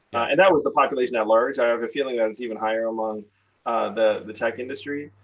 and that was the population at large. i have a feeling that it's even higher among the the tech industry.